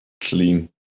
clean